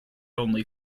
only